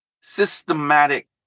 systematic